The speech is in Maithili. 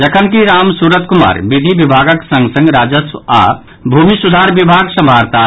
जखनकि रामसूरत कुमार विधि विभागक संग संग राजस्व आओर भूमि सुधार विभाग सम्भारताह